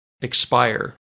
expire